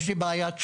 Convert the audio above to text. יש לי בעיית שמיעה.